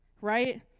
right